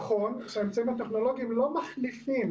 נכון שהאמצעים הטכנולוגיים לא מחליפים